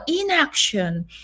inaction